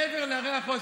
מעבר להרי החושך.